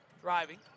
driving